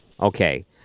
Okay